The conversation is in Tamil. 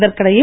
இதற்கிடையே